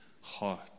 heart